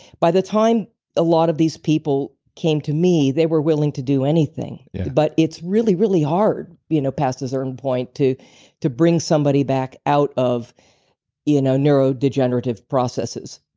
by the time a lot of these people came to me, they were willing to do anything yeah but it's really, really hard you know past a certain point to to bring somebody back out of you know neurodegenerative processes.